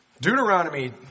Deuteronomy